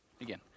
Again